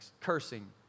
Cursing